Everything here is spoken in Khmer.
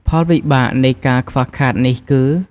ផលវិបាកនៃការខ្វះខាតនេះគឺ៖